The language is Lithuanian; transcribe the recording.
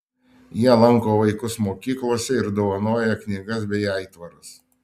jie lanko vaikus mokyklose ir dovanoja knygas bei aitvarus